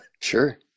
sure